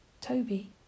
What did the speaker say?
Toby